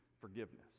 forgiveness